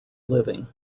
living